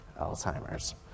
Alzheimer's